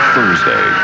Thursday